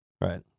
Right